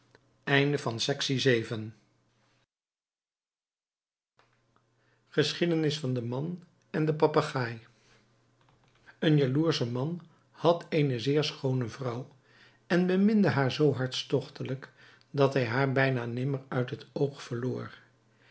geschiedenis van den man en den papegaai een jaloersche man had eene zeer schoone vrouw en beminde haar zoo hartstogtelijk dat hij haar bijna nimmer uit het oog verloor